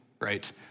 right